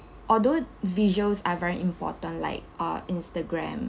although visuals are very important like uh instagram